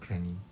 cranny